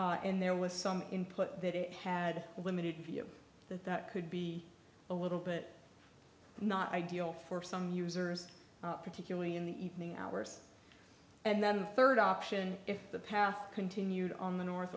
and there was some input that it had a limited view that could be a little bit not ideal for some users particularly in the evening hours and then the third option if the path continued on the north